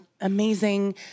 amazing